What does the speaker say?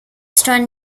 stone